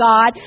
God